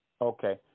Okay